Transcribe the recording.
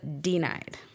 denied